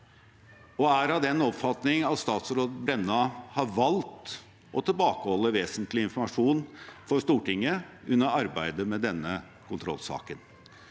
og er av den oppfatning at statsråd Brenna har valgt å tilbakeholde vesentlig informasjon for Stortinget under arbeidet med denne kontrollsaken.